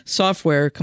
software